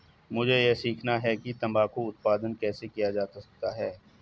मुझे यह सीखना है कि तंबाकू उत्पादन कैसे किया जा सकता है?